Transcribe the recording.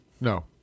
No